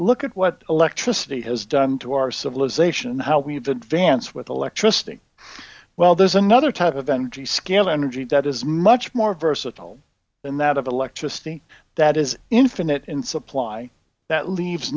look at what electricity has done to our civilization and how we have advance with electricity well there's another type of energy scale energy that is much more versatile than that of electricity that is infinite in supply that leaves